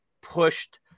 pushed